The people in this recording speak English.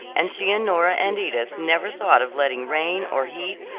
and she and nora and edith never thought of letting rain, or heat,